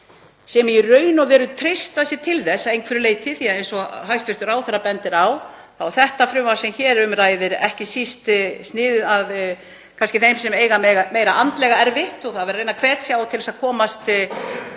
sem í raun og veru treysta sér til þess að einhverju leyti — eins og hæstv. ráðherra bendir á er þetta frumvarp sem hér um ræðir ekki síst sniðið að þeim sem eiga meira andlega erfitt og það er að reyna að hvetja til þess að komast út